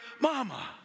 mama